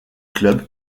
club